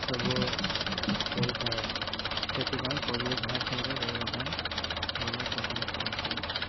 ସବୁ ରହିଥାଏ ସେଥିପାଇଁ ପବ୍ଲିକ୍ ହାଉସିଂରେ ରହିବା ପାଇଁ ଭଲ ପସନ୍ଦ କରନ୍ତି